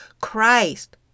Christ